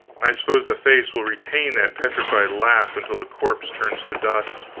i suppose the face will retain that petrified laugh until the corpse turns to dust.